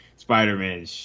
Spider-Man